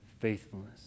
faithfulness